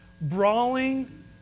brawling